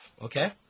okay